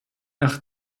nach